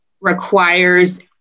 requires